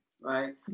right